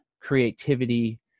creativity